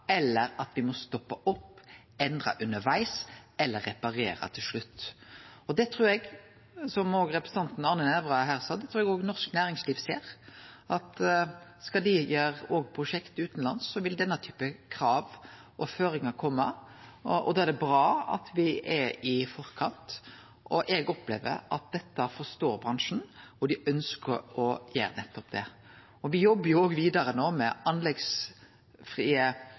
eller at me må stoppe opp, endre undervegs eller reparere til slutt. Det trur eg – som òg representanten Arne Nævra sa – norsk næringsliv ser: at skal dei gjere prosjekt utanlands, vil denne typen krav og føringar kome, og da er det bra at me er i forkant. Eg opplever at dette forstår bransjen, og dei ønskjer å gjere nettopp det. Me jobbar òg vidare med fossilfrie anleggsplassar, nettopp for å vise at me kan få ned utslepp, for dette handlar òg om miljøkonsekvensar. Og